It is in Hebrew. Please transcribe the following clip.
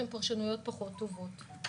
שהן פרשנויות פחות טובות.